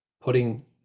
putting